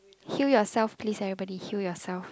kill yourself please everybody kill yourself